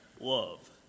Love